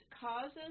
causes